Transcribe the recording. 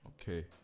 Okay